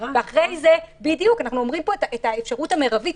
אנחנו אומרים פה את האפשרות המרבית.